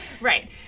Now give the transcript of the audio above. Right